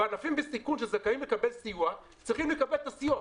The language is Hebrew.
וענפים בסיכון שזכאים לקבל סיוע צריכים לקבל את הסיוע.